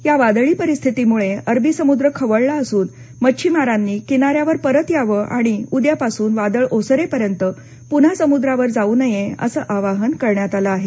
या वादळी परिस्थितीमुळे अरबी समुद्र खवळला असून मच्छिमारांनी किनाऱ्यावर परत यावं आणि उद्यापासून वादळ ओसरेपर्यंत पुन्हा समुद्रावर जाऊ नये असं आवाहन करण्यात आलं आहे